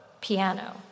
piano